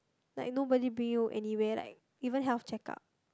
like nobody bring you anywhere like even health checkup